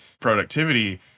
productivity